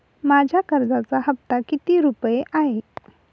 माझ्या कर्जाचा हफ्ता किती रुपये आहे?